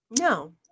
No